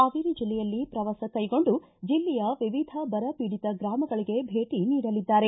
ಹಾವೇರಿ ಜಿಲ್ಲೆಯಲ್ಲಿ ಪ್ರವಾಸ ಕೈಗೊಂಡು ಜಿಲ್ಲೆಯ ವಿವಿಧ ಬರಪೀಡಿತ ಗ್ರಾಮಗಳಿಗೆ ಭೇಟಿ ನೀಡಲಿದ್ದಾರೆ